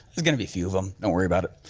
there's gonna be few of them, don't worry about it.